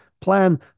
plan